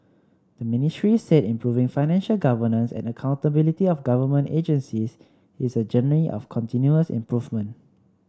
the Ministry said improving financial governance and accountability of government agencies is a journey of continuous improvement